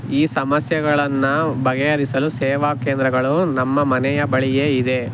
ಈ ಸಮಸ್ಯೆಗಳನ್ನು ಬಗೆಹರಿಸಲು ಸೇವಾ ಕೇಂದ್ರಗಳು ನಮ್ಮ ಮನೆಯ ಬಳಿಯೇ ಇದೆ